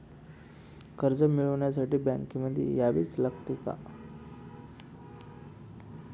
कर्ज मिळवण्यासाठी बँकेमध्ये यावेच लागेल का?